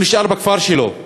הוא נשאר בכפר שלו,